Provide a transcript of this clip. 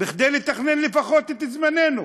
כדי לתכנן לפחות את זמננו.